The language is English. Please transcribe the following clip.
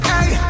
Hey